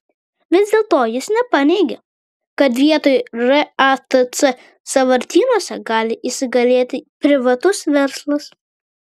vis dėlto jis nepaneigė kad vietoj ratc sąvartynuose gali įsigalėti privatus verslas